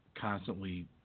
constantly